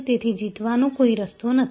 તેથી જીતવાનો કોઈ રસ્તો નથી